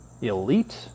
elite